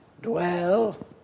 dwell